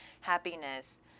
happiness